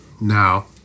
Now